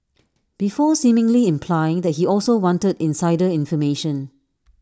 before seemingly implying that he also wanted insider information